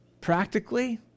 practically